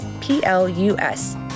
P-L-U-S